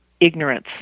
ignorance